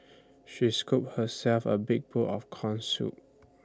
she scooped herself A big bowl of Corn Soup